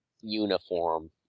uniform